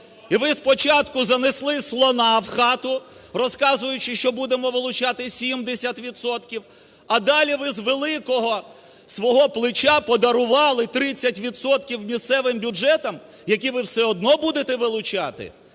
І ви спочатку занесли слона в хату, розказуючи, що будемо вилучати 70 відсотків, а далі ви з великого свого плеча подарували 30 відсотків місцевим бюджетам, які ви все одно будете вилучати.